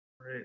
Right